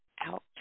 out